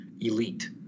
elite